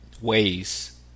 ways